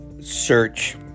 search